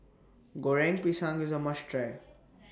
Goreng Pisang IS A must Try